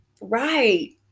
Right